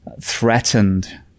threatened –